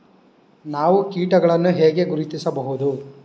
ನಾವು ಕೀಟಗಳನ್ನು ಹೇಗೆ ಗುರುತಿಸಬಹುದು?